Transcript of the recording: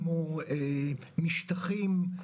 כמו משטחים,